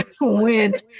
win